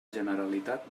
generalitat